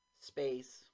space